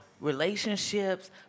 relationships